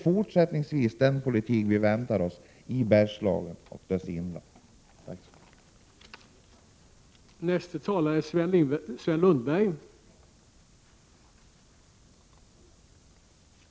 Är detta en politik som vi i Bergslagen och inlandet har att vänta även fortsättningsvis?